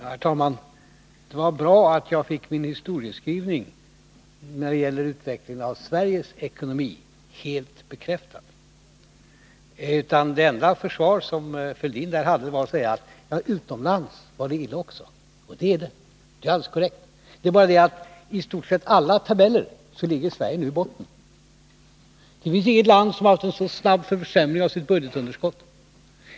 Herr talman! Det var bra att jag fick min historieskrivning i fråga om Sveriges utveckling och Sveriges ekonomi helt bekräftad. Det enda försvar som Thorbjörn Fälldin där hade att komma med var att utomlands är det också illa. Och så är det — det är alldeles korrekt. Det är bara det att när det gäller i stort sett alla tabeller ligger Sverige nu i botten. Det finns inget land som haft en så snabb försämring av sitt budgetunderskott.